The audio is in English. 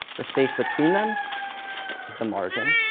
the space between them is the margin,